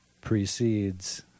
precedes